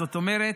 זאת אומרת